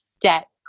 debt